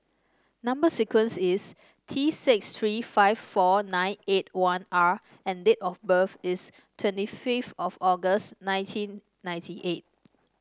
number sequence is T six three five four nine eight one R and date of birth is twenty fifth of August nineteen ninety eight